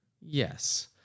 Yes